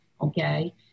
Okay